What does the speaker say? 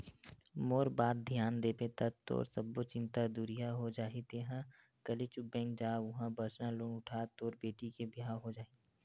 मोर बात धियान देबे ता तोर सब्बो चिंता दुरिहा हो जाही तेंहा कले चुप बेंक जा उहां परसनल लोन उठा तोर बेटी के बिहाव हो जाही